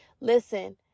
Listen